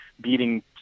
beating